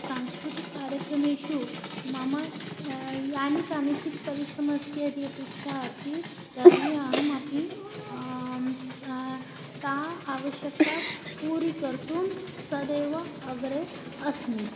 सांस्कृतिकः कार्यक्रमेषु मम यानि कानिचित् परिश्रमस्य यदि अपेक्षा अस्ति तर्हि अहमपि ताम् आवश्यकतां पूरिकर्तुं सदैव अग्रे अस्मि